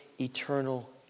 eternal